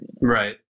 Right